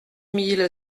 mille